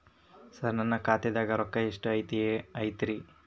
ಸರ ನನ್ನ ಖಾತ್ಯಾಗ ರೊಕ್ಕ ಎಷ್ಟು ಐತಿರಿ?